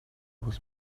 was